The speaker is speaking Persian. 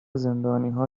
زندانیها